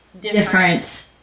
different